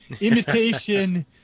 Imitation